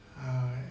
I